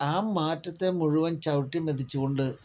ആ മാറ്റത്തെ മുഴുവൻ ചവിട്ടി മെതിച്ച് കൊണ്ട്